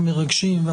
המרגשים,